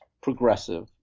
progressive